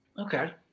Okay